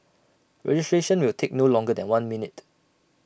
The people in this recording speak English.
registration will take no longer than one minute